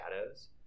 shadows